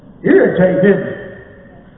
Irritated